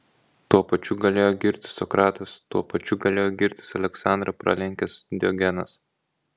tuo pačiu galėjo girtis sokratas tuo pačiu galėjo girtis aleksandrą pralenkęs diogenas